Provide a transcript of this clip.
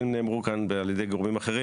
כי הם נאמרו כאן על ידי גורמים אחרים.